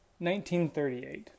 1938